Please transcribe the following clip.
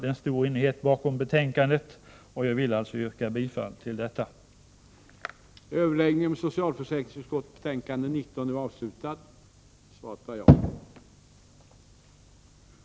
Det råder stor enighet om betänkandet, och jag yrkar bifall till utskottets hemställan.